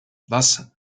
thus